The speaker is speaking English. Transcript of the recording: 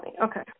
Okay